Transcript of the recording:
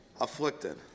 afflicted